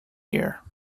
here